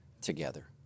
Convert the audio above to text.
together